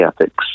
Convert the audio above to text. ethics